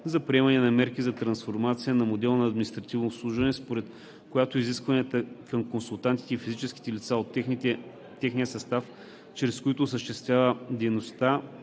за приемане на мерки за трансформация на модела на административно обслужване, според която изискванията към консултантите и физическите лица от техния състав, чрез които се осъществява дейността